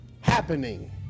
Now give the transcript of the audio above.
happening